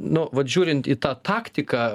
nu vat žiūrint į tą taktiką